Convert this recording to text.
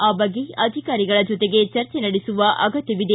ಆ ಬಗ್ಗೆ ಅಧಿಕಾರಿಗಳ ಜೊತೆಗೆ ಚರ್ಚೆ ನಡೆಸುವ ಅಗತ್ಯವಿದೆ